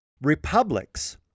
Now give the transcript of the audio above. Republics